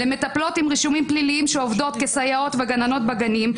למטפלות עם רישומים פליליים שעובדות כסייעות וגננות בגנים,